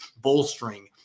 bolstering